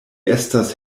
estas